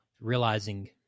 realizing